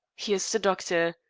here's the doctor.